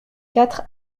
quatre